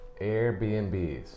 Airbnbs